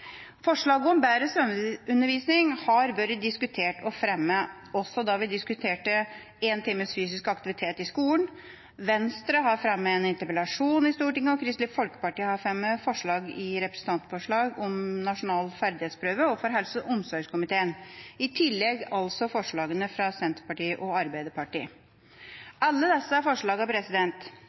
Forslaget om bedre svømmeundervisning har vært diskutert og fremmet også da vi diskuterte en times fysisk aktivitet i skolen. Venstre har fremmet en interpellasjon i Stortinget, og Kristelig Folkeparti har i representantforslag fremmet forslag om nasjonal ferdighetsprøve overfor helse- og omsorgskomiteen. I tillegg er det altså forslagene fra Senterpartiet og